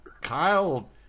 Kyle